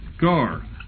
Gar